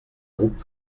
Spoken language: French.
groupes